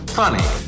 funny